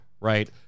right